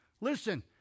Listen